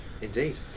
Indeed